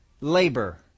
labor